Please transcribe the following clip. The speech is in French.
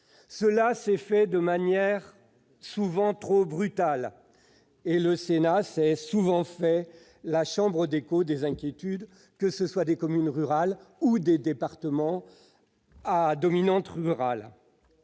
Cela s'est fait de manière souvent trop brutale et le Sénat s'est régulièrement fait l'écho des inquiétudes des communes rurales et des départements à dominante rurale.